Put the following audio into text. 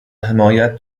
حمایت